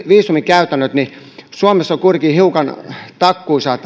viisumikäytännöistä suomessa viisumien myöntäminen on kuitenkin hiukan takkuisaa